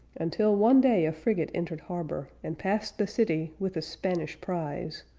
until one day a frigate entered harbor, and passed the city, with a spanish prize,